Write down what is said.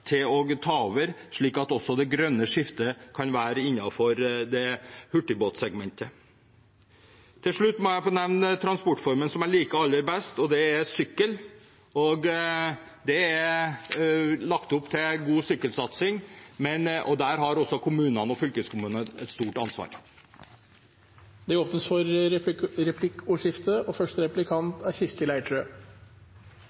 til å ta over, slik at det grønne skiftet også kan være innenfor hurtigbåtsegmentet. Til slutt må jeg få nevne transportformen som jeg liker aller best: sykkel. Det er lagt opp til god sykkelsatsing, men der har også kommunene og fylkeskommunene et stort ansvar. Det